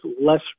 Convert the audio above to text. less